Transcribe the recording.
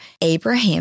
Abraham